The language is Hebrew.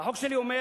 החוק שלי אומר: